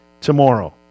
tomorrow